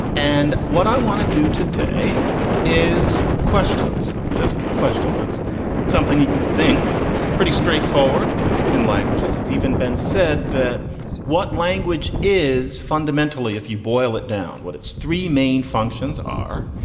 and what i want to do today is questions, just questions. it's something that you think was pretty straightforward in language is it's even been said that what language is fundamentally, if you boil it down, what its three main functions are,